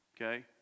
okay